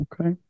Okay